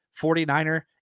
49er